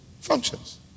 functions